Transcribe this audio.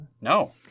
no